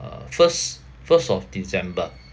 uh first first of december